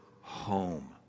home